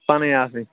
پَنٕنۍ آسٕنۍ